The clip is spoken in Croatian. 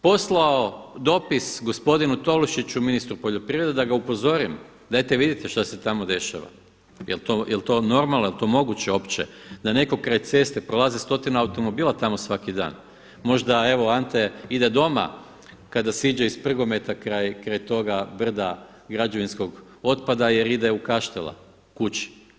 Poslao dopis gospodinu Tolušiću i ministru poljoprivrede da ga upozorim, dajte vidite šta se tamo dešava, je li to normalno, je li to moguće uopće da netko kraj ceste prolazi stotinu automobila tamo svaki dan, možda evo Ante ide doma kada siđe iz Prgometa kraj toga brda građevinskog otpada jer ide u Kaštela kući.